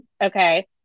okay